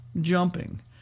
jumping